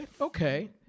Okay